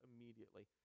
immediately